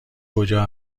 کجا